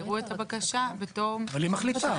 יראו את הבקשה בתור --- אבל היא מחליטה?